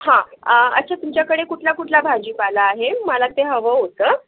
हं अच्छा तुमच्याकडे कुठलाकुठला भाजीपाला आहे मला ते हवं होतं